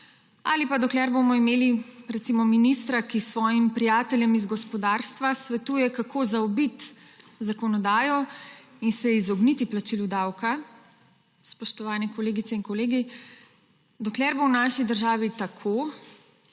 ali pa dokler bomo imeli, recimo, ministra, ki svojim prijateljem iz gospodarstva svetuje, kako zaobiti zakonodajo in se izogniti plačilu davka, spoštovane kolegice in kolegi, dokler bo v naši državi tako,